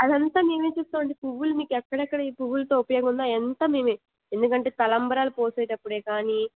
అదంతా మేము చూస్తాం అండి పూలు మీకు ఎక్కడెక్కడ ఈ పూలతో ఉపయోగం ఉందో అవ్వంతా మేమే ఎందుకంటే తలంబ్రాలు పోసేటప్పుడు కానీ